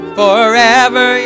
forever